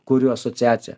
kuriu asociaciją